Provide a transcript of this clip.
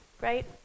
right